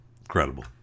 Incredible